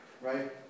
right